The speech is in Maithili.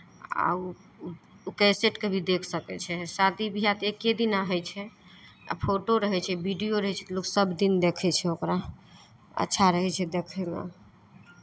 आ ओ कैसेटकेँ भी देख सकै छै शादी बियाह तऽ एक्के दिना होइ छै आ फोटो रहै छै वीडिओ रहै छै तऽ लोक सभदिन देखै छै ओकरा अच्छा रहै छै देखैमे